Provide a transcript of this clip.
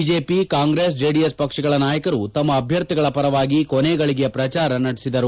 BJP Congress JDS ಪಕ್ಷಗಳ ನಾಯಕರು ತಮ್ಮ ಅಭ್ಯರ್ಥಿಗಳ ಪರವಾಗಿ ಕೊನೆ ಘಳಿಗೆಯ ಪ್ರಚಾರ ನಡೆಸಿದರು